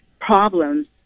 problems